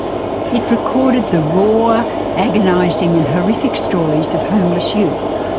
it recorded the raw, agonising, and horrific stories of homeless youth,